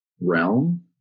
realm